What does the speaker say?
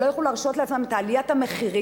שלא יוכלו להרשות לעצמן את עליית המחירים.